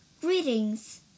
Greetings